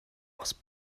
was